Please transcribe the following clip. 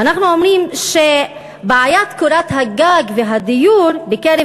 ואנחנו אומרים שבעיית קורת הגג והדיור בקרב